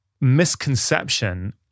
misconception